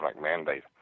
mandate